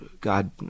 God